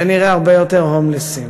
ונראה הרבה יותר הומלסים,